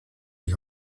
die